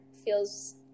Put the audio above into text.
feels